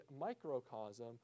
microcosm